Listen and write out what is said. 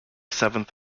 seventh